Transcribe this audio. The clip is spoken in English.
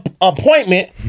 appointment